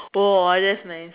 !wow! that's nice